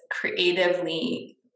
creatively